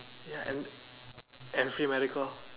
ya and and free medical